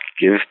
give